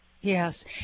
Yes